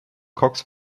cox